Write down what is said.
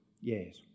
Yes